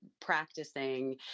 practicing